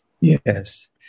Yes